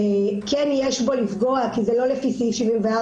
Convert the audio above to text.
כן יש בהן כדי לפגוע כי זה לא לפי סעיף 74,